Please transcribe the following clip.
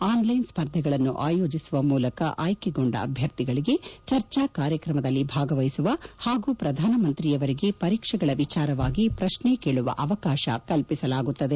online ಸ್ಪರ್ಧೆಗಳನ್ನು ಆಯೋಜಿಸುವ ಮೂಲಕ ಆಯ್ಕೆಗೊಂಡ ಅಭ್ಯರ್ಥಿಗಳಿಗೆ ಚರ್ಚಾ ಕಾರ್ಯಕ್ರಮದಲ್ಲಿ ಭಾಗವಹಿಸುವ ಹಾಗೂ ಪ್ರಧಾನಮಂತ್ರಿಯವರಿಗೆ ಪರೀಕ್ಷೆಗಳ ವಿಚಾರವಾಗಿ ಪ್ರಶ್ನೆ ಕೇಳುವ ಅವಕಾಶ ಕಲ್ಪಿಸಲಾಗುತ್ತದೆ